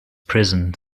prison